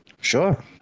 Sure